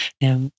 Now